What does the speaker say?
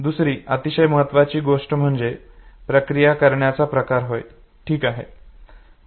दुसरी अतिशय महत्वाची गोष्ट म्हणजे प्रक्रिया करण्याचा प्रकार होय ठीक आहे